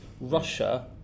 Russia